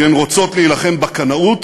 כי הן רוצות להילחם בקנאות